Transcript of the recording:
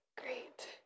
Great